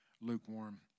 lukewarm